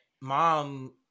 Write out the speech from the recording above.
mom